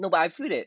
no lah I feel that